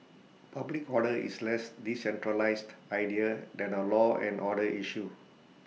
public order is less decentralised idea than A law and order issue